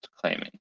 claiming